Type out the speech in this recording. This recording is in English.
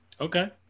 Okay